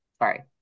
sorry